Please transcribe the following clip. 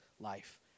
life